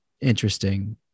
interesting